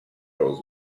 goes